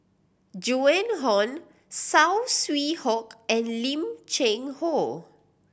Joan Hon Saw Swee Hock and Lim Cheng Hoe